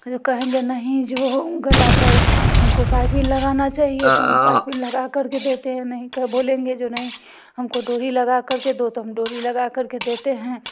जो कहेंगे नहीं जो गला पर हम को पाइपिंग लगाना चाहिए तो हम पाइपिंग लगा कर के देते हैं नहीं तो बोलेंगे जो नहीं हम को डोरी लगा कर के दो तो हम डोरी लगा कर के देते हैं